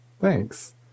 thanks